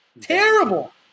Terrible